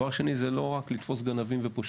בנוסף, לא מדובר רק בתפיסה של גנבים ופושעים.